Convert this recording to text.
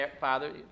father